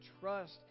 trust